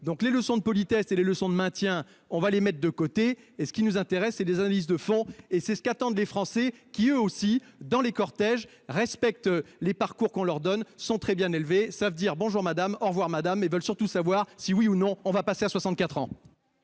donc les leçons de politesse et les leçons de maintien, on va les mettre de côté et ce qui nous intéresse et des analyses de fond et c'est ce qu'attendent les Français, qui eux aussi dans les cortèges respecte les parcours qu'on leur donne sont très bien élevé, ça veut dire bonjour madame au revoir madame et veulent surtout savoir si oui ou non on va passer à 64 ans.